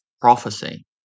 prophecy